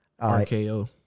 RKO